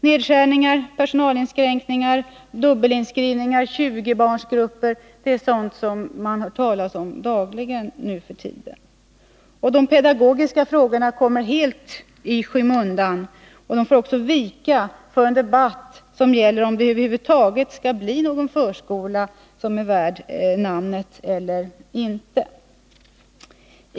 Nedskärningar, personalinskränkningar, dubbelinskrivningar och 20-barnsgrupper är sådant som man nu för tiden dagligen hör talas om. De pedagogiska frågorna kommer helt i skymundan. De får också vika för en debatt som gäller om det över huvud taget skall bli någon förskola som är värd namnet eller inte.